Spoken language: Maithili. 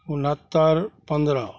उनहत्तर पन्द्रह